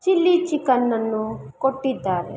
chilli ಚಿಕನ್ನನ್ನು ಕೊಟ್ಟಿದ್ದಾರೆ